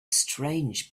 strange